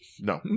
no